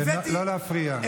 הבאתי, לא להפריע.